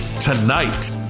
tonight